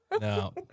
No